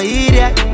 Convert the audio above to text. idiot